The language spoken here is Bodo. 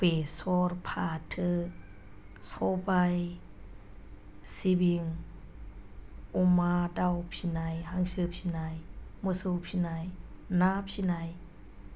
बेसर फाथो सबाइ सिबिं अमा दाउ फिनाय हांसो फिनाय मोसौ फिनाय ना फिनाय